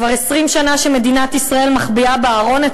כבר 20 שנה שמדינת ישראל מחביאה בארון את